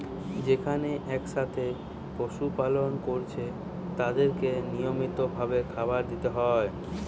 যেখানে একসাথে পশু পালন কোরছে তাদেরকে নিয়মিত ভাবে খাবার দিতে হয়